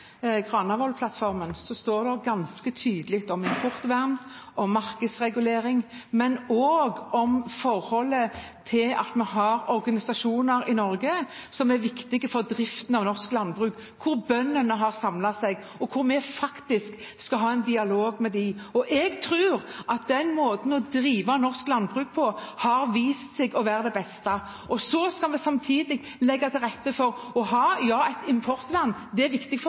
det står ganske tydelig om importvern, om markedsregulering, men også om forholdet til at vi har organisasjoner i Norge som er viktige for driften av norsk landbruk – organisasjoner hvor bøndene har samlet seg, og vi skal faktisk ha en dialog med dem. Jeg tror at den måten å drive norsk landbruk på har vist seg å være den beste. Så skal vi samtidig legge til rette for å ha et importvern – det er viktig for